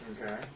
Okay